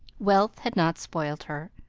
wealth had not spoiled her.